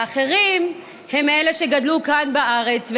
והאחרים הם אלה שגדלו כאן בארץ,